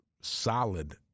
solid